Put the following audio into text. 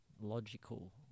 logical